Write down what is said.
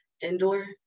indoor